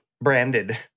branded